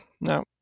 no